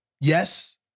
yes